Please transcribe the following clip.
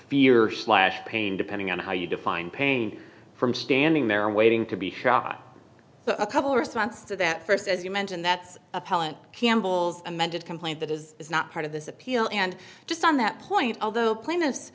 fear slash pain depending on how you define pain from standing there waiting to be shot a couple response to that first as you mentioned that's appellant campbell's amended complaint that is is not part of this appeal and just on that point although pla